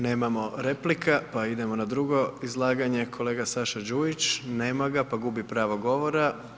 Nemamo replika, pa idemo na drugo izlaganje, kolega Saša Đujić, nema ga pa gubi pravo govora.